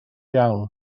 iawn